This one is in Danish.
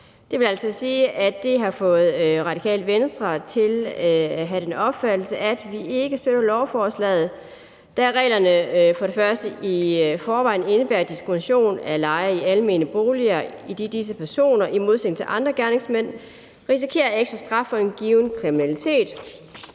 Det vil altså sige, at det har fået Radikale Venstre til at have den opfattelse, at vi ikke støtter lovforslaget, da reglerne i forvejen indebærer diskrimination af lejere i almene boliger, idet disse personer i modsætning til andre gerningsmænd risikerer ekstra straf for en given kriminalitet,